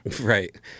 Right